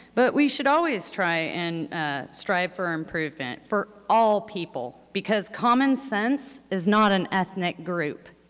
but we should always try and strive for improvement for all people because common sense is not an ethnic group.